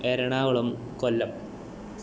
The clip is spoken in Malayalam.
എറണാകുളം കൊല്ലം